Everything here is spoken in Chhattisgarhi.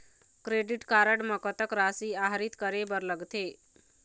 क्रेडिट कारड म कतक राशि आहरित करे बर लगथे?